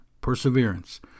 perseverance